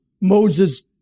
Moses